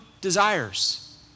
desires